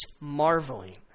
marveling